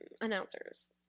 announcers